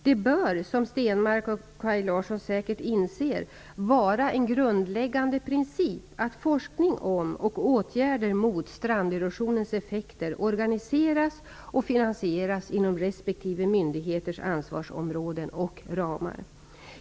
Det bör, som Per Stenmarck och Kaj Larsson säkert inser, vara en grundläggande princip att forskning om och åtgärder mot stranderosionens effekter organiseras och finansieras inom respektive myndigheters ansvarsområden och ramar.